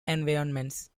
environments